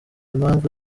impamvu